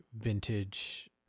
vintage